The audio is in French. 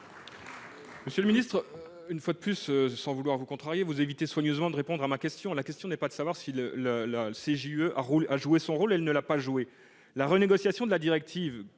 Monsieur le secrétaire d'État, une fois de plus, sans vouloir vous contrarier, je note que vous évitez soigneusement de répondre à ma question. Il ne s'agit pas de savoir si la CJUE a joué son rôle. Elle ne l'a pas joué. La renégociation de la directive